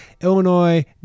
Illinois